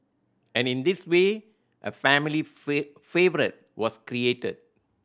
and in this way a family favourite was created